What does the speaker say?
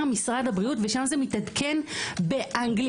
משרד הבריאות ושם זה מתעדכן באנגלית.